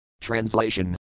Translation